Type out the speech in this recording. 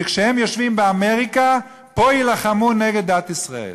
שכשהם יושבים באמריקה, פה יילחמו נגד דת ישראל.